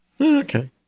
Okay